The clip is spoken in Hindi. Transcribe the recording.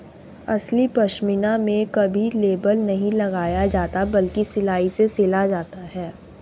असली पश्मीना में कभी लेबल नहीं लगाया जाता बल्कि सिलाई से सिला जाता है